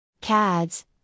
CADS